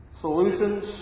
Solutions